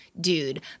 dude